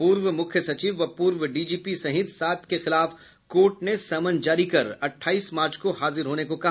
पूर्व मुख्य सचिव व पूर्व डीजीपी सहित सात के खिलाफ कोर्ट ने समन जारी कर अठाईस मार्च को हाजिर होने को कहा